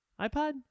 ipod